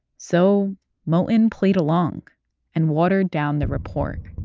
so moton played along and watered down the report